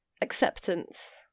acceptance